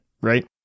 right